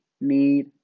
need